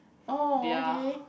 oh okay